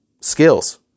skills